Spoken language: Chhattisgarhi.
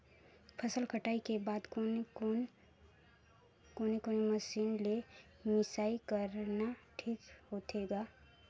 फसल कटाई के बाद कोने कोने मशीन ले मिसाई करना ठीक होथे ग?